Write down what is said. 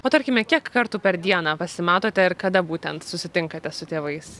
o tarkime kiek kartų per dieną pasimatote ir kada būtent susitinkate su tėvais